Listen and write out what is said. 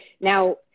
now